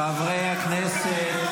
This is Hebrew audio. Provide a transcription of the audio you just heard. חברי הכנסת,